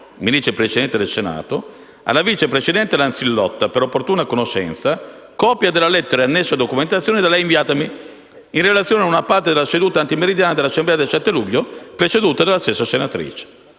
dice il Presidente del Senato - alla vice presidente Lanzillotta, per opportuna conoscenza, copia della lettera e annessa documentazione da lei inviatemi in relazione a una parte della seduta antimeridiana dell'Assemblea del 7 luglio, presieduta dalla stessa senatrice».